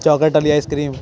chocolate ਵਾਲੀ ice cream